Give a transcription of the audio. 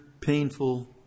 painful